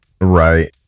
right